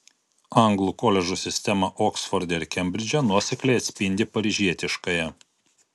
anglų koledžų sistema oksforde ir kembridže nuosekliai atspindi paryžietiškąją